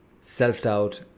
self-doubt